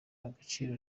agaciro